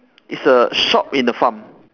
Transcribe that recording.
it's a shop in the farm